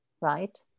right